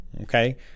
okay